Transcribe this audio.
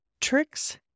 tricks